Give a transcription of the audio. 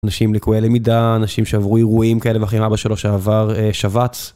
אנשים לקויי למידה, אנשים שעברו אירועים כאלה ואחרים, אבא שלו שעבר שבץ.